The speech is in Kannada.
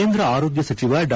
ಕೇಂದ್ರ ಆರೋಗ್ಯ ಸಚಿವ ಡಾ